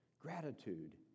Gratitude